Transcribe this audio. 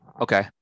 Okay